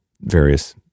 various